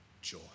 joy